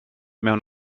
mewn